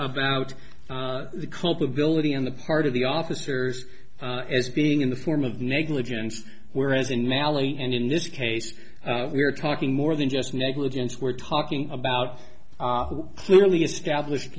about the culpability on the part of the officers as being in the form of negligence whereas in mally and in this case we're talking more than just negligence we're talking about clearly established